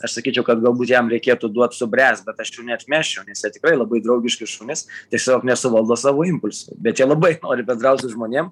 aš sakyčiau kad galbūt jam reikėtų duot subręst bet aš jų neatmesčiau nes jie tikrai labai draugiški šunys tiesiog nesuvaldo savo impulsų bet jie labai nori bendraut su žmonėm